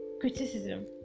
criticism